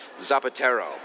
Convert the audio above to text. Zapatero